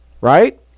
right